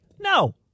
no